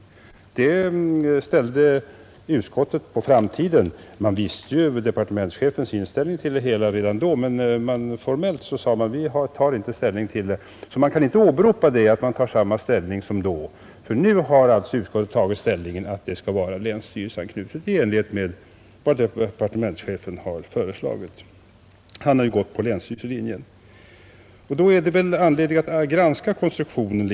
Utskottet ställde det på framtiden. Man kände redan då till departementschefens inställning till det hela, men formellt ville man inte ta ställning. Man kan alltså inte åberopa att man intar samma ställning som då, men nu har utskottet sagt att det bör vara länsstyrelseanknytning i enlighet med vad departementschefen, som gått på länsstyrelsernas linje, föreslagit. Då finns det anledning att något granska konstruktionen.